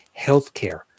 healthcare